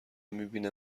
میبینه